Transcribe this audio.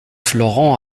florent